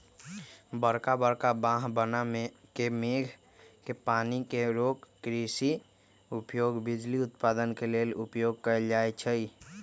बरका बरका बांह बना के मेघ के पानी के रोक कृषि उपयोग, बिजली उत्पादन लेल उपयोग कएल जाइ छइ